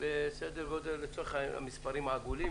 במספרים עגולים